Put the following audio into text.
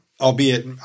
Albeit